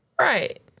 Right